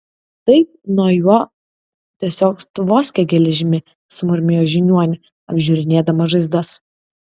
taip nuo jo tiesiog tvoskia geležimi sumurmėjo žiniuonė apžiūrinėdama žaizdas